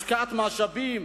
השקעת משאבים